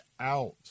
out